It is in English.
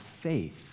faith